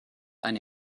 eine